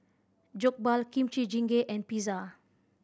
Jokbal Kimchi Jjigae and Pizza